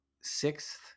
sixth